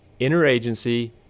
Interagency